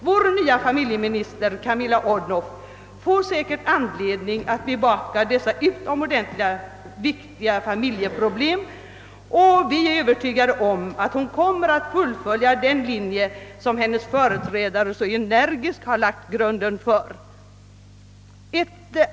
Vår nya familjemi nister, Camilla Odhnoff, får säkerligen » anledning att bevaka dessa utomordentligt viktiga familjeproblem. Vi är övertygade om att hon kommer att följa den linje som hennes företrädare så energiskt dragit upp. Ett.